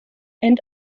and